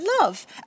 love